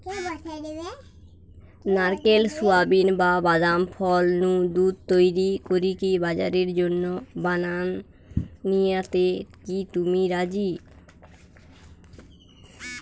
নারকেল, সুয়াবিন, বা বাদাম ফল নু দুধ তইরি করিকি বাজারের জন্য বানানিয়াতে কি তুমি রাজি?